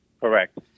Correct